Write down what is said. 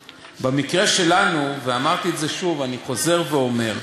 במקרה שלנו, ואמרתי את זה שוב ואני חוזר ואומר,